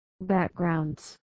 backgrounds